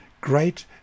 great